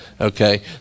Okay